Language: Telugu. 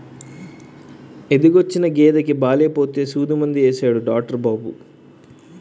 ఎదకొచ్చిన గేదెకి బాలేపోతే సూదిమందు యేసాడు డాట్రు బాబు